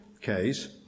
case